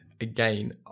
again